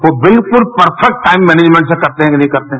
वो बिल्कुल perfect time management से करते हैं कि नहीं करते हैं